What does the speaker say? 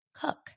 cook